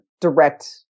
direct